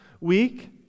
week